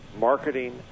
marketing